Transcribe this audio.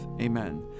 Amen